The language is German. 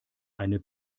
eine